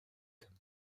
comme